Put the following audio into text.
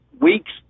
weeks